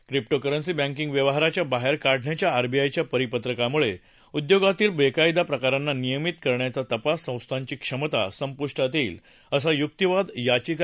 cryptocurrency banking प्रवाहाच्या बाहेर काढण्याच्या आरबीआयच्या परिपत्रकामुळे उद्योगातील बेकायदा प्रकारांना नियमित करण्याची तपास संस्थांची क्षमता संपुष्टात येईल असा युक्तिवाद याचिकाकर्त्यांनी केला होता